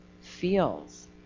feels